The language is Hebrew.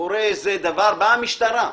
קורה דבר באה משטרה,